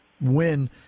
win